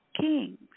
kings